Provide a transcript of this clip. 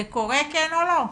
זה קורה, כן או לא?